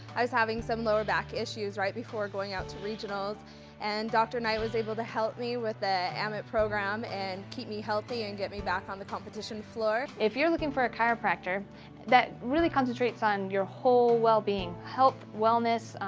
i was having some lower back issues right before going out to regionals and dr. knight was able to help me with the um amit program and keep me healthy and get me back on the competition floor. if you're looking for a chiropractor that really concentrates on your whole well being, health, wellness,